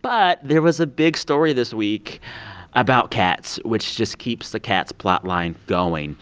but there was a big story this week about cats, which just keeps the cats plotline going.